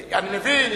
אני מבין,